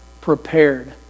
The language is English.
prepared